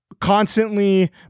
constantly